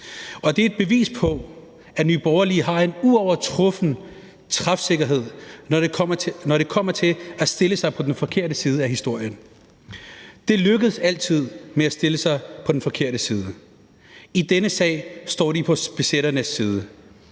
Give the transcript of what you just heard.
det er et bevis på, at Nye Borgerlige har en uovertruffen træfsikkerhed, når det kommer til at stille sig på den forkerte side af historien. Det lykkes altid at stille sig på den forkerte side – i denne sag står de på besætternes side;